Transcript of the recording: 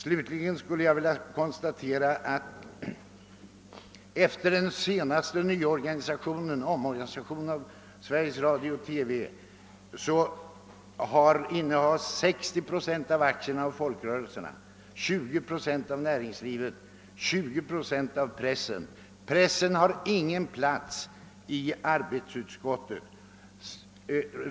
Slutligen vill jag konstatera, att efter den senaste omorganisationen av Sve riges Radio och TV innehas 60 procent av aktierna av folkrörelserna, 20 procent av näringslivet och 20 procent av pressen. Pressen har ingen plats i arbetsutskottet.